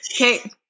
okay